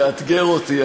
תאתגר אותי,